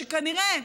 שכנראה,